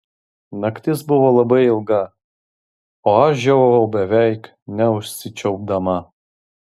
naktis buvo labai ilga o aš žiovavau beveik neužsičiaupdama